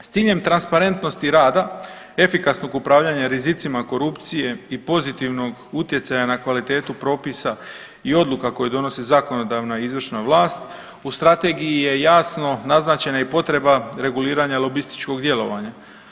S ciljem transparentnosti rada, efikasnog upravljanja rizicima korupcije i pozitivnog utjecaja na kvalitetu propisa i odluka koje donose zakonodavna i izvršna vlast, u Strategiji je jasno naznačena i potreba reguliranja lobističkog djelovanja.